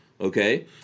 okay